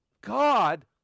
God